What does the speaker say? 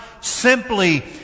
simply